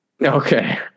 Okay